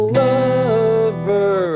lover